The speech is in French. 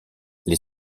les